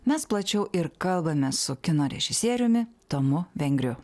mes plačiau ir kalbame su kino režisieriumi tomu vengriu